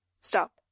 Stop